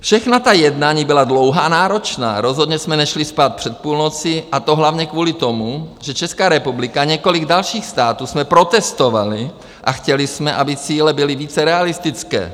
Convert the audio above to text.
Všechna ta jednání byla dlouhá a náročná, rozhodně jsme nešli spát před půlnocí, a to hlavně kvůli tomu, že Česká republika a několik dalších států jsme protestovali a chtěli jsme, aby cíle byly více realistické.